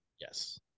Yes